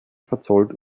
verzollt